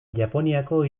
japoniako